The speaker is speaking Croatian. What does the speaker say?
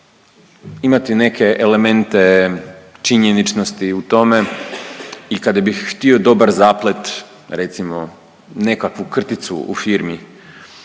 imati neke elemente činjeničnosti u tome i kada bi htio dobar zaplet, recimo nekakvu krticu u firmi,